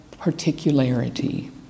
particularity